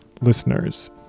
listeners